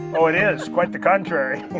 oh it is quite the contrary